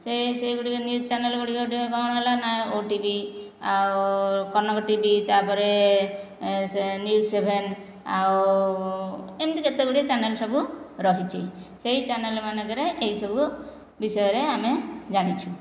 ସେ ସେହିଗୁଡ଼ିକ news channel ଗୁଡ଼ିକ ଗୁଡ଼ିକ କ'ଣ ହେଲା ନା ଓଟିଭି ଆଉ କନକ ଟିଭି ତା'ପରେ ସେ ନ୍ୟୁଜ୍ ସେଭେନ ଆଉ ଏମିତି କେତେ ଗୁଡ଼ିଏ ଚ୍ୟାନେଲ ସବୁ ରହିଛି ସେହି ଚ୍ୟାନେଲ୍ ମାନଙ୍କରେ ଏହିସବୁ ବିଷୟରେ ଆମେ ଜାଣିଛୁ